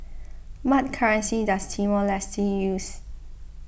what currency does Timor Leste use